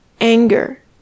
anger